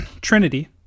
Trinity